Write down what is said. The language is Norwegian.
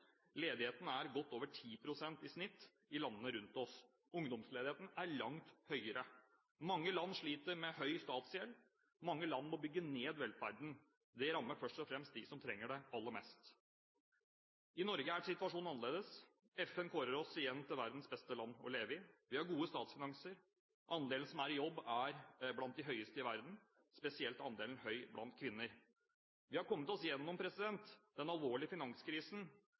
Ledigheten er godt over 10 pst. i snitt i landene rundt oss. Ungdomsledigheten er langt høyere. Mange land sliter med høy statsgjeld. Mange land må bygge ned velferden. Det rammer først og fremst dem som trenger det aller mest. I Norge er situasjonen annerledes. FN kårer oss igjen til verdens beste land å leve i. Vi har gode statsfinanser. Andelen som er i jobb, er blant de høyeste i verden. Spesielt er andelen høy blant kvinner. Vi har kommet oss gjennom den alvorlige finanskrisen,